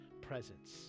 presence